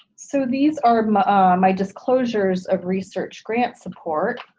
so these are my disclosures of research grant support